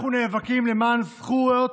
אנחנו נאבקים למען זכויות,